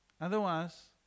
Otherwise